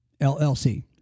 LLC